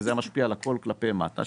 זה משפיע על הכל כלפי מטה,